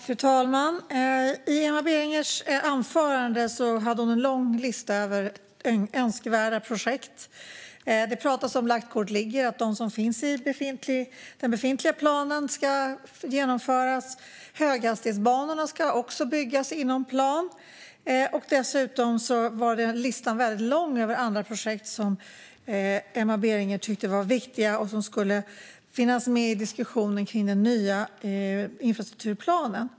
Fru talman! I Emma Bergingers anförande hade hon en lång lista över önskvärda projekt. Det talas om lagt kort ligger, att det som finns i den befintliga planen ska genomföras. Höghastighetsbanorna ska också byggas inom plan. Dessutom var listan väldigt lång över andra projekt som Emma Berginger tyckte var viktiga och som skulle finnas med i diskussionen om den nya infrastrukturplanen.